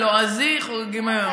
בלועזי חוגגים היום.